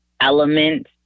element